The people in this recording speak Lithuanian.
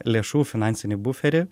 lėšų finansinį buferį